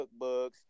cookbooks